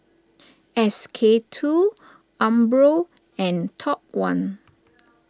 S K two Umbro and Top one